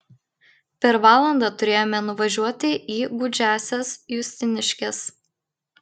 per valandą turėjome nuvažiuoti į gūdžiąsias justiniškes